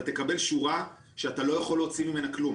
אתה תקבל שורה שאתה לא יכול להוציא ממנה כלום.